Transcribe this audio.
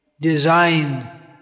design